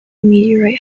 meteorite